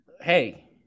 Hey